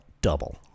double